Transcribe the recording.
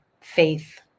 faith